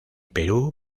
perú